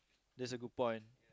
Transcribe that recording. that's a good point